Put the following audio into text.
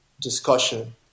discussion